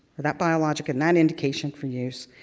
or that biologic and that indication for use,